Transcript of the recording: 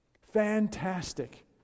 Fantastic